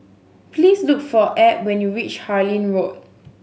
please look for Ebb when you reach Harlyn Road